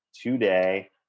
today